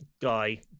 guy